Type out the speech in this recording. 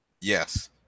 Yes